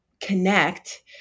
connect